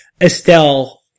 estelle